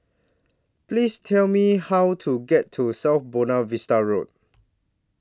Please Tell Me How to get to South Buona Vista Road